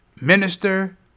minister